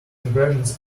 impressions